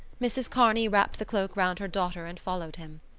mrs. kearney wrapped the cloak round her daughter and followed him.